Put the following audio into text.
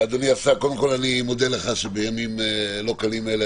קודם כל אני מודה לך שבימים לא קלים אלה,